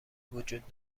وجود